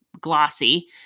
glossy